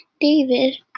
David